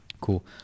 Cool